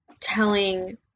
Telling